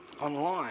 online